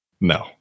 No